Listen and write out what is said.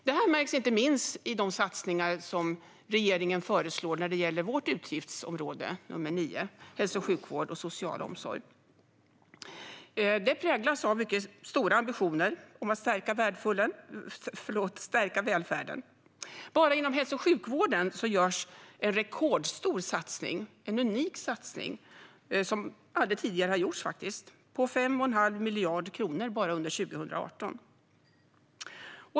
Det märks inte minst i de satsningar som regeringen föreslår när det gäller vårt utgiftsområde 9, Hälsovård, sjukvård och social omsorg. Det präglas av mycket stora ambitioner att starka välfärden. Enbart inom hälso och sjukvården görs en rekordstor och unik satsning som aldrig tidigare har gjorts, på 5 1⁄2 miljard kronor bara under 2018.